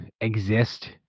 exist